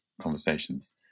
conversations